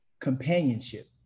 companionship